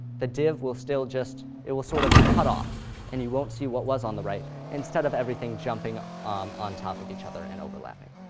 the div will still just it will sort of cut off and you won't see what was on the right instead of everything jumping um on top of each other and overlapping.